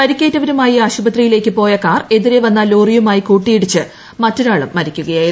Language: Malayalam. പരിക്കേറ്റവരുമായി ആശുപത്രിയിലേക്ക് പോയ കാർ എതിരെ വന്ന ലോറിയുമായി കൂട്ടിയിടിച്ച് മറ്റൊരാളും മരിക്കുകയായിരുന്നു